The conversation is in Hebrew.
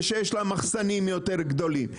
ושיש למחסנים יותר גדולים,